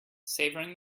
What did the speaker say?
savouring